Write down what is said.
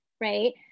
Right